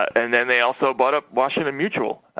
and then they also bought up washington mutual